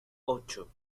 ocho